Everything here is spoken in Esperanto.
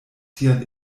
sian